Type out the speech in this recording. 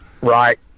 right